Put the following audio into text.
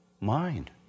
mind